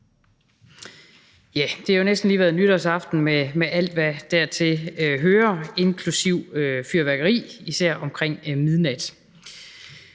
(V): Det har jo næsten lige været nytårsaften med alt, hvad dertil hører, inklusiv fyrværkeri, især omkring midnat.